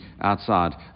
outside